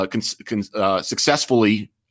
successfully